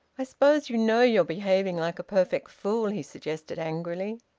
i suppose you know you're behaving like a perfect fool? he suggested angrily.